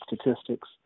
statistics